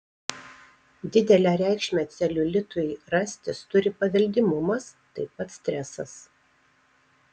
didelę reikšmę celiulitui rastis turi paveldimumas taip pat stresas